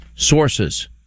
Sources